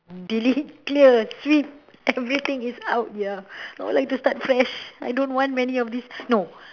delete clear sweet everything is out ya now like to start fresh I don't want many of this no